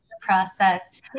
process